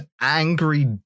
angry